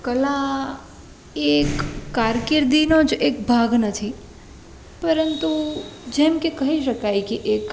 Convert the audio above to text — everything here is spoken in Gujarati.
કલા એક કારકિર્દીનોજ એક ભાગ નથી પરંતુ જેમકે કે કહી શકાય કે એક